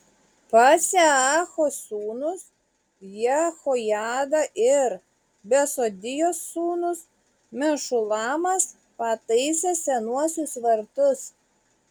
paseacho sūnus jehojada ir besodijos sūnus mešulamas pataisė senuosius vartus